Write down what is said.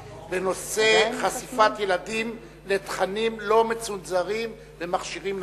בנושא: חשיפת ילדים לתכנים לא מצונזרים במכשירים ניידים.